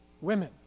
women